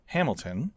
Hamilton